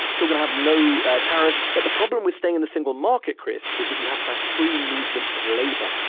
still going to have no tariffs. but the problem with staying in the single market, chris, is that you have to have free movement of labor.